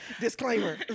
Disclaimer